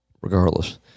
Regardless